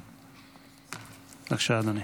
בבקשה, אדוני.